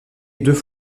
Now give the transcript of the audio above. deux